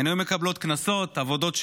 הן היו מקבלות קנסות, עבודות שירות,